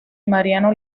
mariano